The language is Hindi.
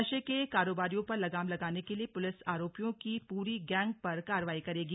नशे के कारोबारियों पर लगाम लगाने के लिए पुलिस आरोपियों की पूरी गैंग पर कार्रवाई करेगी